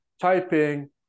typing